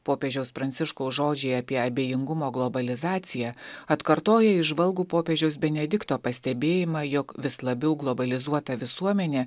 popiežiaus pranciškaus žodžiai apie abejingumo globalizaciją atkartoja įžvalgų popiežiaus benedikto pastebėjimą jog vis labiau globalizuota visuomenė